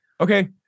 Okay